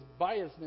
biasness